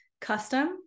custom